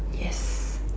yes